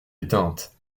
éteinte